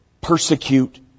Persecute